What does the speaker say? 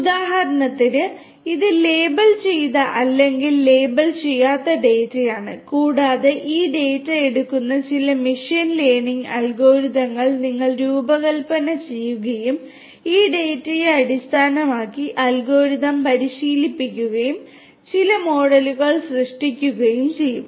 ഉദാഹരണത്തിന് ഇത് ലേബൽ ചെയ്ത അല്ലെങ്കിൽ ലേബൽ ചെയ്യാത്ത ഡാറ്റയാണ് കൂടാതെ ഈ ഡാറ്റ എടുക്കുന്ന ചില മെഷീൻ ലേണിംഗ് അൽഗോരിതങ്ങൾ നിങ്ങൾ രൂപകൽപ്പന ചെയ്യുകയും ഈ ഡാറ്റയെ അടിസ്ഥാനമാക്കി അൽഗോരിതം പരിശീലിപ്പിക്കുകയും ചില മോഡലുകൾ സൃഷ്ടിക്കുകയും ചെയ്യും